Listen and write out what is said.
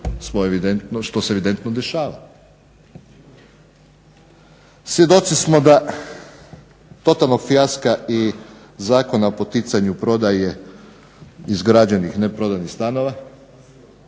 što se evidentno dešava. Svjedoci smo totalnog fijaska i Zakona o poticanju prodaje izgrađenih neprodanih stanova,